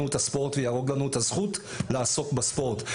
את הספורט ויהרוג לנו את הזכות לעסוק בספורט.